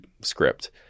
script